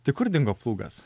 tai kur dingo plūgas